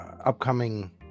upcoming